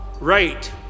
right